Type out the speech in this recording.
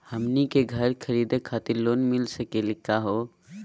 हमनी के घर खरीदै खातिर लोन मिली सकली का हो?